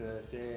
c'est